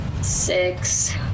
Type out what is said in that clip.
Six